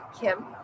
Kim